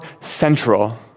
central